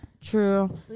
True